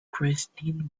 christine